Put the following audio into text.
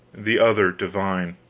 the other divine.